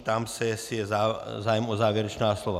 Ptám se, jestli je zájem o závěrečná slova.